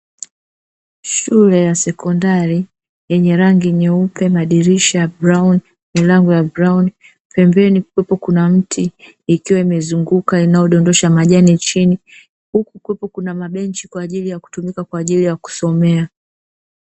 Shule ya sekondari yenye rangi nyeupe ,dirisha brauni na milango ya brauni, pembeni huku kuna mti ukiwa imezunguka unaodondosha majani chini, huku kuna mabenchi kwaajili ya kutumika kwaajili ya kusomea